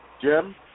Jim